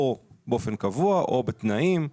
או באופן קבוע או בתנאים,